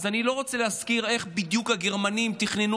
אני לא רוצה להזכיר איך בדיוק הגרמנים תכננו